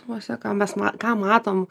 namuose ką mes na ką matom